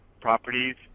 properties